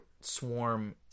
swarm